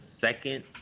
second –